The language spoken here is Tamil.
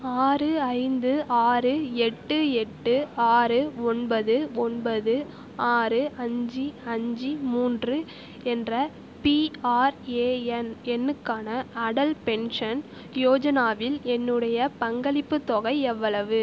ஆறு ஐந்து ஆறு எட்டு எட்டு ஆறு ஒன்பது ஒன்பது ஆறு அஞ்சு அஞ்சு மூன்று என்ற பிஆர்ஏஎன் எண்ணுக்கான அடல் பென்ஷன் யோஜனாவில் என்னுடைய பங்களிப்புத் தொகை எவ்வளவு